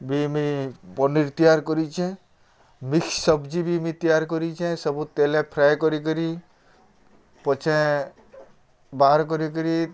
ବି ମୁଇଁ ପନିର୍ ତିଆରି କରିଛେ ମିକ୍ସ ସବ୍ଜି ବି ମୁଁ ତିଆରି କରିଛେ ସବୁ ତେଲେ ଫ୍ରାଏ କରିକରି ପଛେ ବାହାର୍ କରିକରି